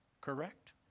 correct